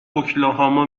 اوکلاهاما